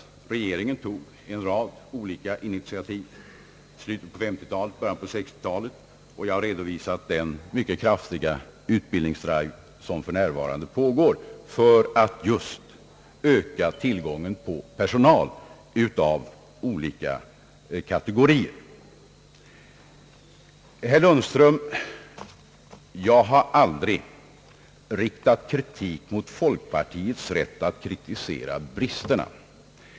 Regeringen tog en rad olika initiativ i slutet på 1950-talet och i början på 1960-talet, och jag har redovisat den mycket kraftiga utbildningsdrive som för närvarande pågår för att just öka tillgången på personal av olika kategorier. Jag har, herr Lundström, aldrig riktat kritik mot folkpartiets rätt att kritisera bristerna.